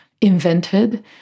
invented